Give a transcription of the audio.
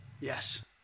Yes